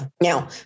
Now